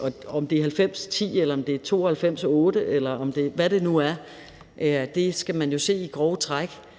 og om det er 90/10, eller det er 92/8, eller hvad det nu er, er ikke vigtigt, man skal jo se det i grove træk